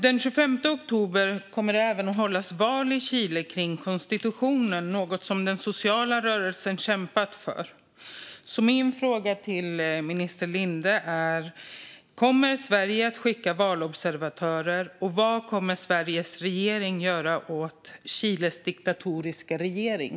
Den 25 oktober kommer det även att hållas val i Chile kring konstitu-tionen, något som den sociala rörelsen har kämpat för. Min fråga till minister Linde är: Kommer Sverige att skicka valobservatörer, och vad kommer Sveriges regering att göra åt Chiles diktatoriska regering?